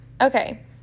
Okay